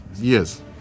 Yes